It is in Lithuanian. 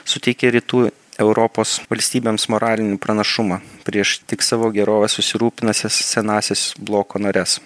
suteikė rytų europos valstybėms moralinį pranašumą prieš tik savo gerove susirūpinusias senąsias bloko nares